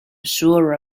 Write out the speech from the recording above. sure